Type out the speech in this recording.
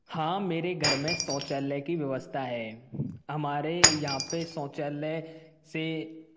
हाँ मेरे घर में शौचालय की व्यवस्था है हमारे यहाँ पे शौचालय से